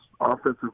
offensive